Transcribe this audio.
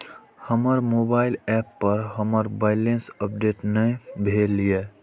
हमर mobile app पर हमर बैलेंस अपडेट ने भेल या